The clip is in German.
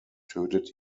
tötet